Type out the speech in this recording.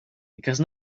because